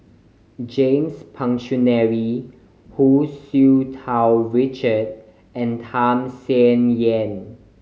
James Puthucheary Hu Tsu Tau Richard and Tham Sien Yen